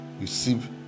receive